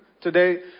today